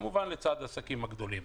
כמובן לצד העסקים הגדולים.